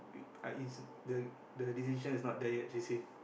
we I the the decision is not there yet she say